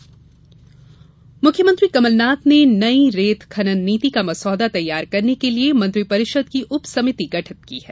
रेत खनन नीति मुख्यमंत्री कमलनाथ ने नई रेत खनन नीति का मसौदा तैयार करने के लिये मंत्रि परिषद की उप समिति गठित की है